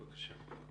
בבקשה.